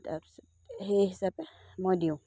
তাৰপিছত সেই হিচাপে মই দিওঁ